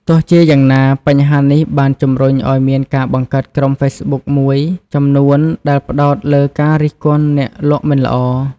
ទោះជាយ៉ាងណា បញ្ហានេះបានជំរុញឱ្យមានការបង្កើតក្រុមហ្វេសប៊ុកមួយចំនួនដែលផ្តោតលើការរិះគន់អ្នកលក់មិនល្អ។